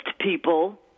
people